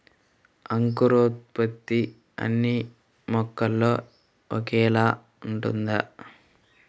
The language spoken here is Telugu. అంకురోత్పత్తి అన్నీ మొక్కల్లో ఒకేలా ఉంటుందా?